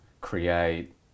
create